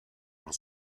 por